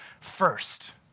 first